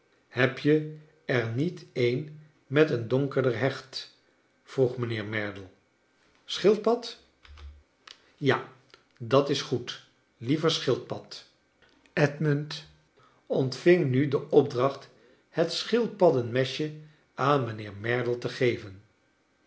heb je er niet een met een donkerder hecht vroeg mijnheer merdle schildpad ja dat is goed liever schildpad edmund ontving nu de opdracht het schildpadden mesje aan mijnheer merdle te geven